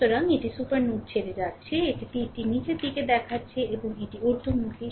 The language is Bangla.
সুতরাং এটি সুপার নোড ছেড়ে যাচ্ছে এটি তীরটি নীচের দিকে দেখাচ্ছে এবং এটি ঊর্ধ্বমুখী